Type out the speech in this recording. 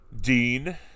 dean